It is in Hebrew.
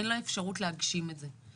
אין לו אפשרות להגשים את זה.